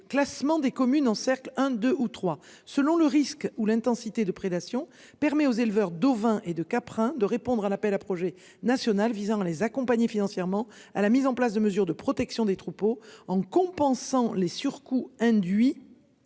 classement des communes encercle un, deux ou trois selon le risque ou l'intensité de prédation permet aux éleveurs d'ovins et de caprins de répondre à l'appel à projet national visant à les accompagner financièrement à la mise en place de mesures de protection des troupeaux en compensant les surcoûts induits.